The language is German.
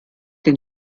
den